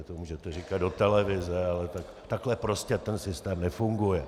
To můžete říkat do televize, ale takhle prostě ten systém nefunguje.